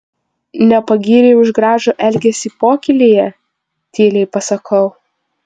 nepagyrei už gražų elgesį pokylyje tyliai pasakau